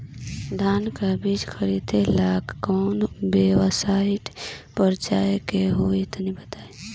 धान का बीज खरीदे ला काउन वेबसाइट पर जाए के होई तनि बताई?